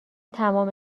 تمام